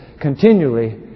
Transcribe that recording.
continually